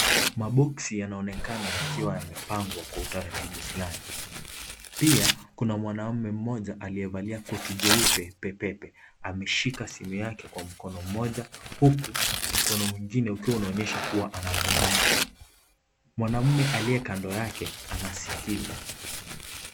Maboksi yanaonekana yakiwa yamepangwa kwa utaratibu fulani, pia kuna mwanaume mmoja aliyevalia koti jeupe pepepe ameshika simu yake kwa mkono mmoja huku mkono mwingine ukiwa unaonyesha kuwa anazungumza, mwanaume aliye kando yake anasikiza.